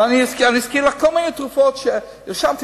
זה מציל חיים.